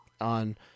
on